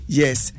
yes